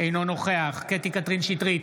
אינו נוכח קטי קטרין שטרית,